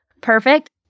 Perfect